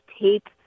tape